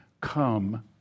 come